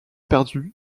perdu